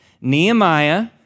Nehemiah